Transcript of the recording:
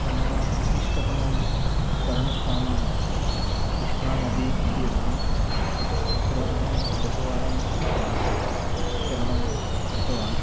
मम इष्टतमं तरणस्थानं कृष्णानदी इति अस्ति तत्र अहं बहुवारं तरणं कृतवान्